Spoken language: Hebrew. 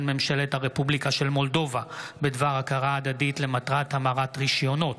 ממשלת הרפובליקה של מולדובה בדבר הכרה הדדית למטרת המרת רישיונות,